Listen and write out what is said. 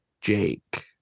Jake